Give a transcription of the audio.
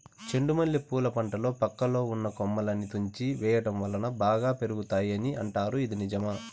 చెండు మల్లె పూల పంటలో పక్కలో ఉన్న కొమ్మలని తుంచి వేయటం వలన బాగా పెరుగుతాయి అని అంటారు ఇది నిజమా?